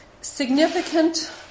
significant –